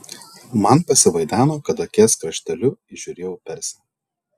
man pasivaideno kad akies krašteliu įžiūrėjau persę